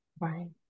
right